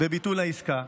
בביטול העסקה.